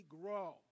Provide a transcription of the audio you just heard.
grow